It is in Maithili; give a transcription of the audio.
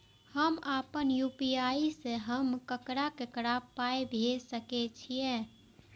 हम आपन यू.पी.आई से हम ककरा ककरा पाय भेज सकै छीयै?